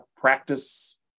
practice